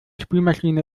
spülmaschine